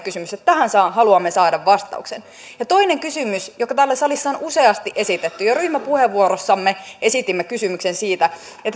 kysymys ja tähän haluamme saada vastauksen toinen kysymys joka täällä salissa on useasti esitetty jo ryhmäpuheenvuorossamme esitimme kysymyksen on